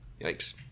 Yikes